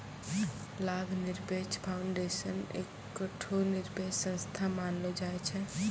लाभ निरपेक्ष फाउंडेशन एकठो निरपेक्ष संस्था मानलो जाय छै